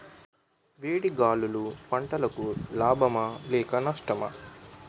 వేడి గాలులు పంటలకు లాభమా లేక నష్టమా?